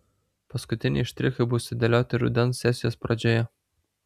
paskutiniai štrichai bus sudėlioti rudens sesijos pradžioje